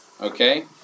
okay